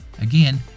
Again